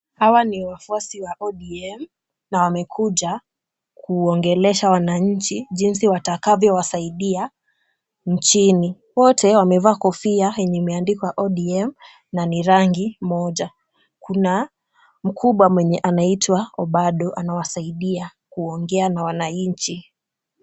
Hawa ni wafuasi wa ODM na wamekuja kuongelesha wananchi jinsi watakavyo wasaidia nchini. Wote wamevaa kofia yenye imeandikwa ODM na ni rangi moja. Kuna mkubwa mwenye anaitwa Obado anawasaidia kuongea na wananchi.